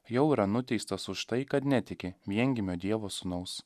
jau yra nuteistas už tai kad netiki viengimio dievo sūnaus